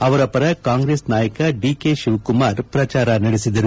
ಅವರ ಪರ ಕಾಂಗ್ರೆಸ್ ನಾಯಕ ಡಿಕೆ ತಿವಕುಮಾರ್ ಪ್ರಚಾರ ನಡೆಸಿದರು